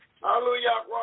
Hallelujah